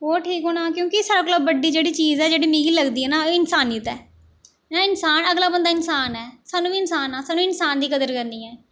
होर ठीक होना क्योंकि सारें कोला बड्डी जेह्ड़ी चीज ऐ जेहड़ी मिगी लगदी ऐ ना ओह् इन्सानियत ऐ जेह्ड़ा इंसान अगला बंदा इन्सान ऐ ते सानूं बी इन्सान आं सानूं बी इन्सान दी कदर करनी ऐ